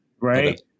right